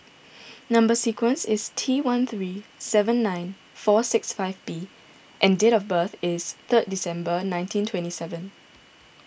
Number Sequence is T one three seven nine four six five B and date of birth is third December nineteen twenty seven